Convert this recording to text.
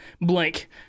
blank